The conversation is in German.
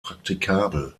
praktikabel